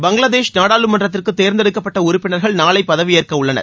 பங்களாதேஷ் நாடாளுமன்றத்திற்கு தேர்ந்தெடுக்கப்பட்ட உறுப்பினர்கள் நாளை பதவியேற்க உள்ளனர்